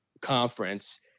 conference